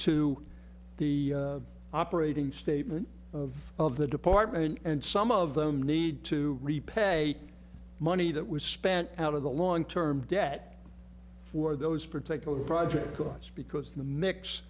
to the operating statement of of the department and some of them need to repay the money that was spent out of the long term debt for those particular project costs because the mix